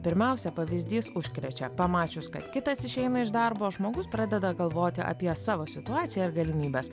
pirmiausia pavyzdys užkrečia pamačius kad kitas išeina iš darbo žmogus pradeda galvoti apie savo situaciją ir galimybes